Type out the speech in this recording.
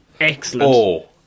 Excellent